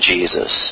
Jesus